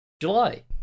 July